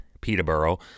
Peterborough